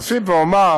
אוסיף ואומר